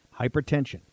Hypertension